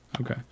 Okay